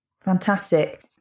Fantastic